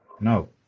No